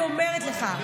אני אומרת לך,